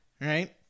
right